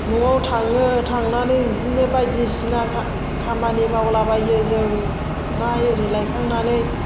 न'आव थाङो थांनानै बिदिनो बायदिसिना खामानि मावलाबायो जों ना इरि लायखांनानै